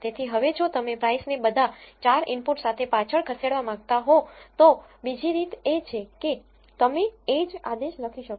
તેથી હવે જો તમે price ને બધા 4 ઇનપુટ સાથે પાછળ ખસેડવા માંગતા હો તો બીજી રીત એ છે કે તમે એ જ આદેશ લખી શકો